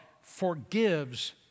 forgives